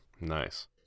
Nice